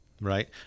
right